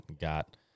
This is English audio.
got